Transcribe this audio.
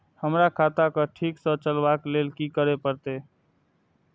हमरा खाता क ठीक स चलबाक लेल की करे परतै